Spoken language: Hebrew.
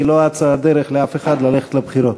כי לא אצה הדרך לאף אחד ללכת לבחירות.